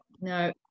No